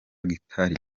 guitar